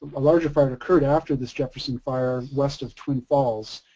a larger fire that occured after this jefferson fire west of twin falls,